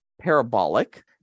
parabolic